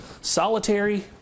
Solitary